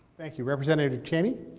thank you. representative cheney.